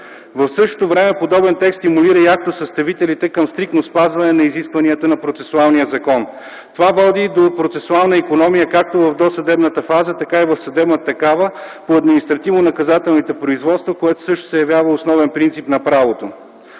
В същото време подобен текст стимулира и актосъставителите към стриктно спазване на изискванията на процесуалния закон. Това води до процесуална икономия както в досъдебната фаза, така и в съдебна такава, по административно-наказателните производства, което също се явява основен принцип на правото.